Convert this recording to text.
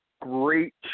great